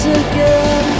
again